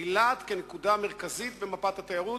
אילת היא נקודה מרכזית בתעשיית התיירות,